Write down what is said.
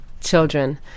children